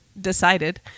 decided